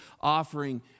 offering